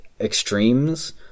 extremes